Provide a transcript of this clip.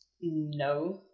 No